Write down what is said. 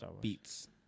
Beats